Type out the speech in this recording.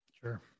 Sure